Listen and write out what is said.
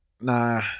nah